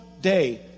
day